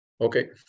Okay